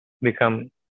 become